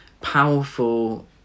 powerful